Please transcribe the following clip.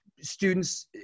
students